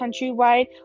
countrywide